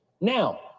Now